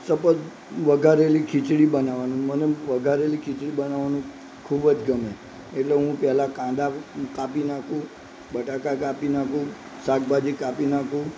suppose વઘારેલી ખીચડી બનાવવાની મને વઘારેલી ખીચડી બનાવવાનું ખૂબ જ ગમે એટલે હું પહેલાં કાંદા કાપી નાખું બટાકા કાપી નાખું શાકભાજી કાપી નાખું